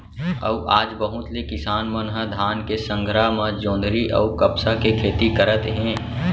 अउ आज बहुत ले किसान मन ह धान के संघरा म जोंधरी अउ कपसा के खेती करत हे